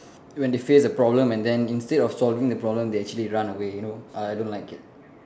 when they face the problem and then instead of solving the problem they actually run away you know I don't like it